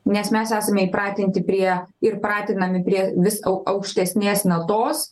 nes mes esame įpratinti prie ir pratinami prie vis au aukštesnės natos